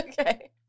Okay